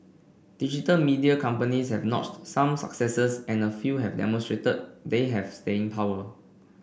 digital media companies have notched some successes and a few have demonstrated they have staying power